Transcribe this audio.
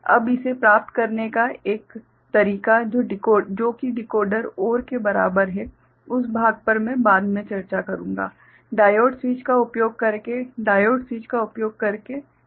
अब इसे प्राप्त करने का एक तरीका जो कि डिकोडर OR के बराबर है उस भाग पर मैं बाद में चर्चा करूंगा डायोड स्विच का उपयोग करके डायोड स्विच का उपयोग करके ठीक है